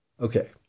Okay